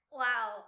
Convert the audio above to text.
wow